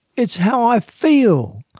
it's how i feel.